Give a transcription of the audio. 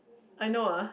I know ah